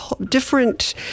different